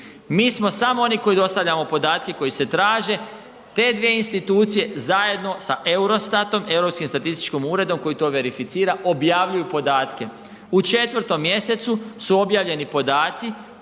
Mi smo samo oni koji dostavljamo podatke koji se traže. Te dvije institucije zajedno sa EUROSTAT-om, Europskim statističkim uredom koji to verificira objavljuju podatke. U 4. mjesecu su objavljeni podaci